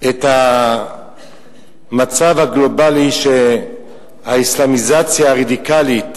את המצב הגלובלי, האסלאמיזציה הרדיקלית,